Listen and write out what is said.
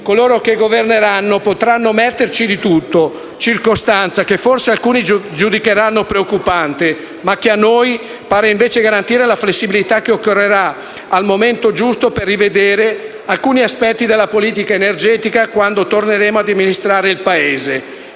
Coloro che governeranno potranno metterci di tutto, circostanza che forse alcuni giudicheranno preoccupante, ma che a noi pare invece garantire la flessibilità che occorrerà al momento giusto per rivedere alcuni aspetti della politica energetica, quando torneremo ad amministrare il Paese.